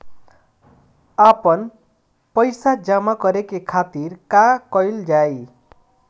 आपन पइसा जमा करे के खातिर का कइल जाइ?